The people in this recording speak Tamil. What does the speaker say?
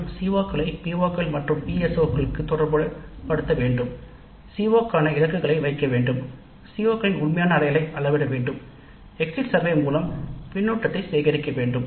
மற்றும் CO களை PO கள் மற்றும் PSO களுக்கு தொடர்பு படுத்த வேண்டும் CO க்கான இலக்குகளை வைக்க வேண்டும் CO களின் உண்மையான அடையலை அளவிட வேண்டும் சர்வே மூலம் பின்னூட்டத்தை சேகரிக்க வேண்டும்